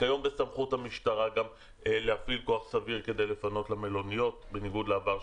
כיום בסמכות המשטרה גם להפעיל כוח סביר כדי לפנות למלוניות בניגוד לעבר,